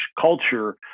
culture